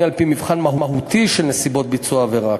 על-פי מבחן מהותי של נסיבות ביצוע העבירה.